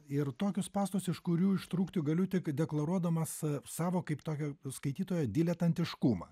ir tokius spąstus iš kurių ištrūkti galiu tik deklaruodamas savo kaip tokio skaitytojo diletantiškumą